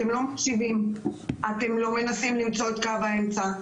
אתם לא מקשיבים, אתם לא מנסים למצוא את קו האמצע.